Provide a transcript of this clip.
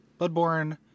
Bloodborne